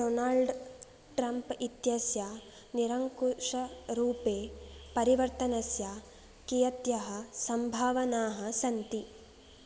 Donald Trump इत्यस्य निरङ्कुशरूपे परिवर्तनस्य कियत्यः सम्भावनाः सन्ति